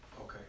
Okay